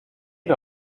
wir